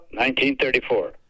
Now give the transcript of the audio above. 1934